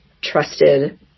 trusted